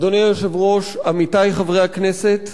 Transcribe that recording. אדוני היושב-ראש, עמיתי חברי הכנסת,